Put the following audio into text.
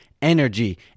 energy